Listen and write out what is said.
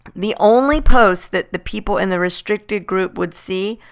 the only post that the people in the restricted group would see,